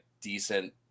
decent